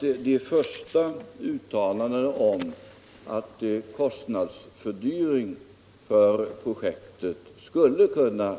De första uttalandena om att en kostnadsfördyring för projektet skulle kunna